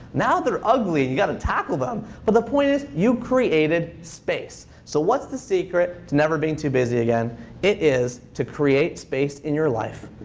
now they're ugly and you've got to tackle them. but the point is, you created space. so what's the secret to never being too busy again? it is to create space in your life.